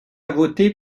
voter